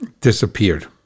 disappeared